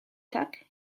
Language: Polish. tak